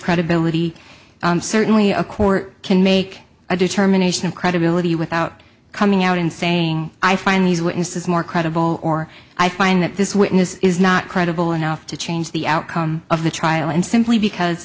credibility certainly a court can make a determination of credibility without coming out and saying i find these witnesses more credible or i find that this witness is not credible enough to change the outcome of the trial and simply because